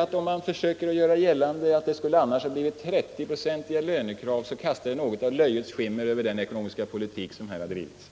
Att försöka göra gällande att det annars skulle ha blivit 30-procentiga lönekrav kastar något av ett löjets skimmer över den ekonomiska politik som här har drivits.